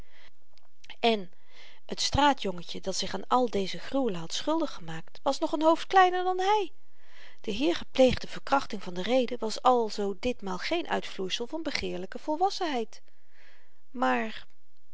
en t straatjongetje dat zich aan al deze gruwelen had schuldig gemaakt was nog n hoofd kleiner dan hy de hier gepleegde verkrachting van de rede was alzoo ditmaal geen uitvloeisel van begeerlyke volwassenheid maar